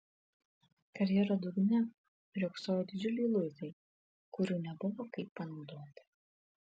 karjero dugne riogsojo didžiuliai luitai kurių nebuvo kaip panaudoti